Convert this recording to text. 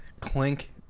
Clink